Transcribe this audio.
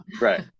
Right